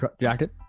jacket